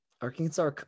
Arkansas